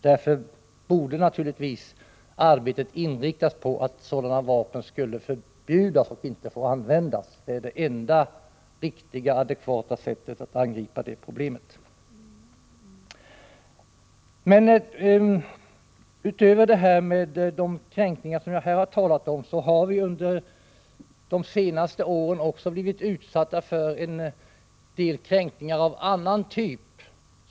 Därför borde naturligtvis arbetet inriktas på att sådana vapen skall förbjudas. Det är det enda riktiga och adekvata sättet att angripa problemet. Utöver de kränkningar som jag här har talat om har vi under de senaste åren blivit utsatta för en del kränkningar av annan typ.